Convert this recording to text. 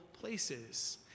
places